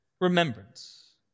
remembrance